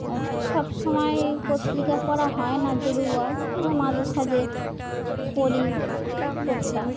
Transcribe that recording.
সবসময় পত্রিকা পড়া হয় না যদিও মাঝেসাঝে পড়ি টুকটাক